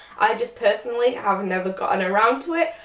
i just personally have never gotten around to it.